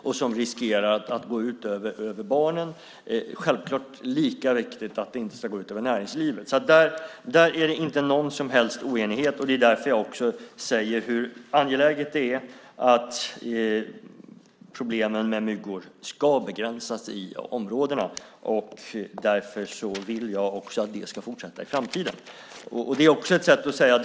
Det här riskerar att gå ut över barnen, och självfallet är det lika viktigt att det inte går ut över näringslivet. Det råder ingen som helst oenighet om detta. Det är också därför jag säger hur angeläget det är att problemen med mygg ska begränsas i de här områdena. Därför vill jag också att det ska fortsätta i framtiden.